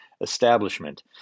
establishment